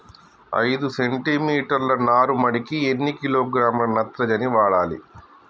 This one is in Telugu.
ఐదు సెంటిమీటర్ల నారుమడికి ఎన్ని కిలోగ్రాముల నత్రజని వాడాలి?